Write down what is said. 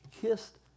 kissed